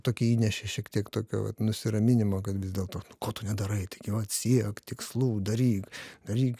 tokį įnešė šiek tiek tokio vat nusiraminimo kad vis dėlto nu ko tu nedarai taigi vat siek tikslų daryk daryk